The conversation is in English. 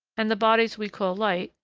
and the bodies we call light,